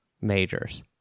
majors